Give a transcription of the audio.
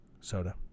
Soda